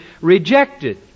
rejected